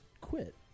quit